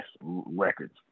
records